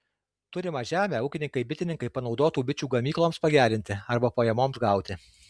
turimą žemę ūkininkai bitininkai panaudotų bičių ganykloms pagerinti arba pajamoms gauti